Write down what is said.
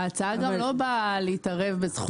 ההצעה הזו לא באה להתערב בזכות הביטול עצמה.